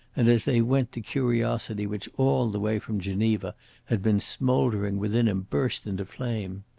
and as they went the curiosity which all the way from geneva had been smouldering within him burst into flame.